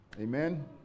Amen